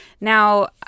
now